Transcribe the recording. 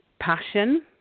passion